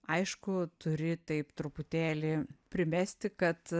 aišku turi taip truputėlį primesti kad